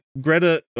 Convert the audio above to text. Greta